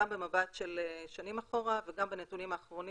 גם במבט של שנים אחורה וגם בנתונים האחרונים